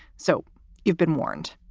so you've been warned.